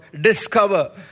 discover